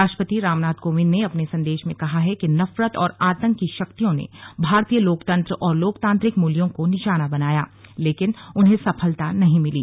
राष्ट्रपति रामनाथ कोविंद ने अपने संदेश में कहा है कि नफरत और आतंक की शक्तियों ने भारतीय लोकतंत्र और लोकतांत्रिक मूल्यों को निशाना बनाया लेकिन उन्हें सफलता नहीं मिली